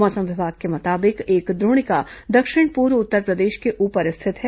मौसम विभाग के मुताबिक एक द्रोणिका दक्षिण पूर्व उत्तरप्रदेश के ऊपर स्थित है